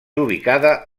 ubicada